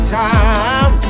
time